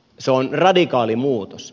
se on radikaali muutos